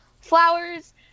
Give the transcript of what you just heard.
flowers